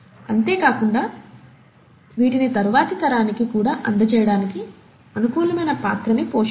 అంతే కాకుండా వీటిని తరువాతి తరానికి కూడా అందజేయడానికి అనుకూలమైన పాత్రని పోషిస్తాయి